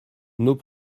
nos